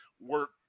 work